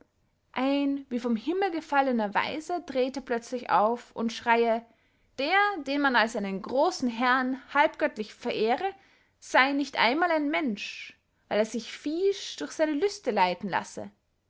ein wie vom himmel gefallener weiser trete plötzlich auf und schreie der den man als einen grossen herrn halbgöttlich verehre sey nicht einmal ein mensch weil er sich viehisch durch seine lüste leiten lasse